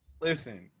Listen